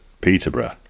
Peterborough